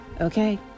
okay